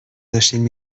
داشتین